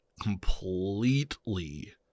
completely